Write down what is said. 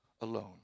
alone